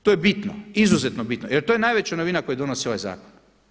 To je bitno, izuzetno bitno jer to je najveća novina koju donosi ovaj zakon.